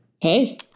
hey